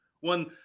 One